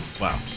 Wow